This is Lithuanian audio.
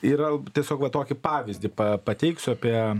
yra tiesiog va tokį pavyzdį pa pateiksiu apie